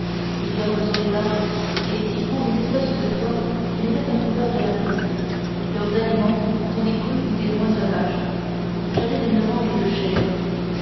ils dorment sur les arbres et s'y font une espèce de toit qui les met à couvert de la pluie leurs aliments sont des fruits ou des noix sauvages jamais ils ne mangent de chair